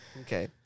okay